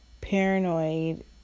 Paranoid